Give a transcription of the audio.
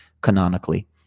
canonically